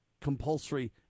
compulsory